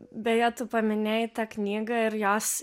beje tu paminėjai tą knygą ir jos